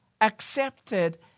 accepted